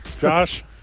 Josh